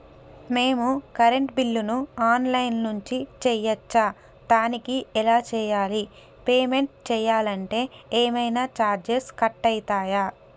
మేము కరెంటు బిల్లును online నుంచి చేయచ్చా? దానికి ఎలా చేయాలి? పేమెంట్ చేయాలంటే ఏమైనా చార్జెస్ కట్ అయితయా?